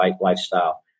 lifestyle